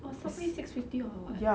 oh subway six fifty or what